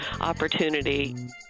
opportunity